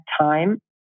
time